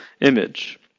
image